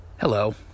Hello